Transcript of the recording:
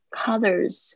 colors